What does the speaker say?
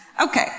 Okay